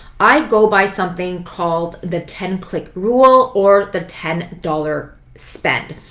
i go by something called the ten click rule or the ten dollars spend.